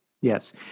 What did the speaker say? Yes